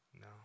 No